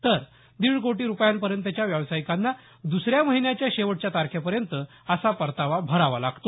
तर दीड कोटी रुपयांपर्यंतच्या व्यावसायिकांना द्सऱ्या महिन्याच्या शेवटच्या तारखेपर्यंत असा परतावा भरावा लागतो